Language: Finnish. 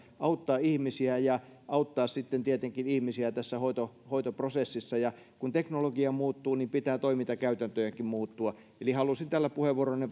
auttaa ihmisiä ja auttaa sitten tietenkin ihmisiä tässä hoitoprosessissa kun teknologia muuttuu niin pitää toimintakäytäntöjenkin muuttua eli halusin tällä puheenvuorollani